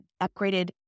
upgraded